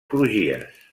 crugies